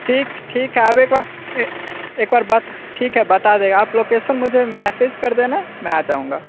ठीक ठीक है आप एक बार एक बार बात ठीक है बता देगा आप लोकेसन मुझे मैसेज कर देना मैं आ जाऊँगा